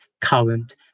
current